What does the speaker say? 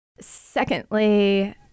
secondly